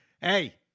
Hey